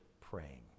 praying